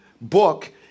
book